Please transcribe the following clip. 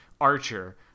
Archer